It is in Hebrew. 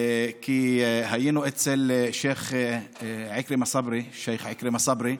כי היינו אצל שייח' עכרמה סברי,